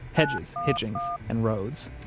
hedges, hitchings, and rhodes.